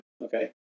okay